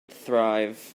thrive